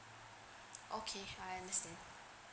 okay I understand